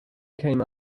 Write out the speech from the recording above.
came